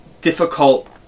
difficult